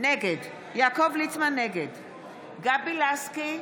נגד גבי לסקי,